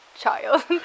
child